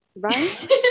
Right